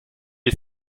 les